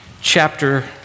chapter